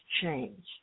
change